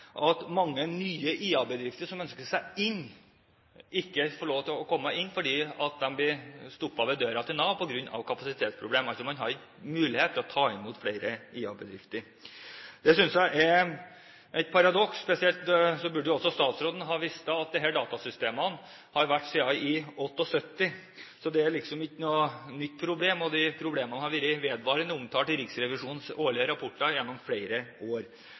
at mange nye IA-bedrifter som ønsker seg inn, ikke får lov til å komme inn fordi de blir stoppet i døren til Nav på grunn av kapasitetsproblemer. Man har altså ikke mulighet til å ta imot flere IA-bedrifter. Det synes jeg er et paradoks. Spesielt burde jo også statsråden vite at man har hatt disse datasystemene siden 1978, så det er liksom ikke et nytt problem – problemet har vært omtalt i Riksrevisjonens årlige rapporter gjennom flere år.